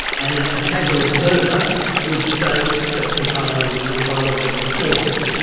and a casual observer would say, yes, that's entirely biologically plausible.